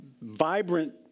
vibrant